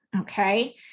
Okay